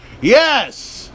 yes